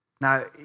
Now